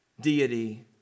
deity